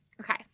Okay